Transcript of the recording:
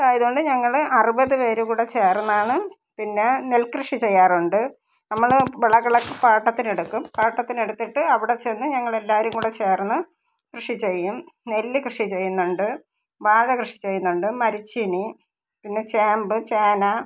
ഇതായതുകൊണ്ട് ഞങ്ങൾ അറുപത് പേർ കൂടെ ചേർന്നാണ് പിന്നെ നെൽ കൃഷി ചെയ്യാറുണ്ട് നമ്മൾ വിളകളോക്കെ പാട്ടത്തിനെടുക്കും പാട്ടതിനെടുത്തിട്ട് അവിടെ ചെന്ന് ഞങ്ങളെല്ലാവരും കൂടെ ചേർന്ന് കൃഷി ചെയ്യും നെല്ല് കൃഷി ചെയ്യുന്നുണ്ട് വാഴ കൃഷി ചെയ്യുന്നുണ്ട് മരച്ചീനി പിന്നെ ചേമ്പ് ചേന